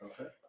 Okay